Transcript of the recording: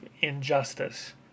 injustice